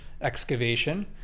excavation